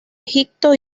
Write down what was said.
egipto